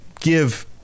give